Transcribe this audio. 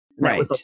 Right